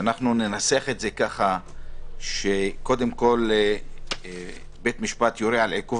אני מציע שאנחנו ננסח את זה באופן שקודם כול "בית המשפט יורה על עיכוב